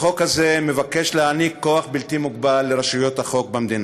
החוק הזה מבקש להעניק כוח בלתי מוגבל לרשויות החוק במדינה,